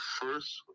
First